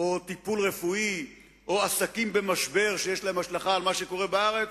עניים מרודים יותר.